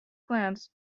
glance